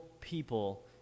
people